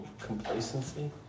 complacency